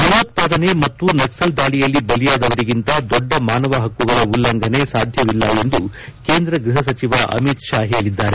ಭಯೋತ್ಪಾದನೆ ಮತ್ತು ನಕ್ಸಲ್ ದಾಳಿಯಲ್ಲಿ ಬಲಿಯಾದವರಿಗಿಂತ ದೊಡ್ಡ ಮಾನವ ಹಕ್ಕುಗಳ ಉಲ್ಲಂಘನೆ ಸಾಧ್ಯವಿಲ್ಲ ಎಂದು ಕೇಂದ್ರ ಗೃಹ ಸಚಿವ ಅಮಿತ್ ಶಾ ಹೇಳಿದ್ದಾರೆ